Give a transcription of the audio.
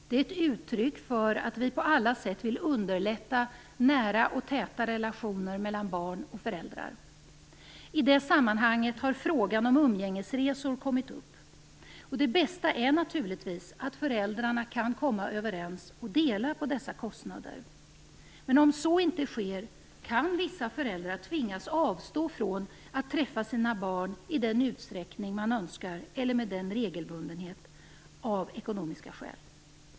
Det är ett uttryck för att vi på alla sätt vill underlätta nära och täta relationer mellan barn och föräldrar. I det sammanhanget har frågan om umgängesresor kommit upp. Det bästa är naturligtvis att föräldrarna kan komma överens och dela på dessa kostnader. Men om så inte sker kan vissa föräldrar av ekonomiska skäl tvingas avstå från att träffa sina barn i den utsträckning eller med den regelbundenhet som de önskar.